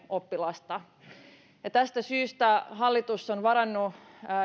oppilasta tästä syystä hallitus on varannut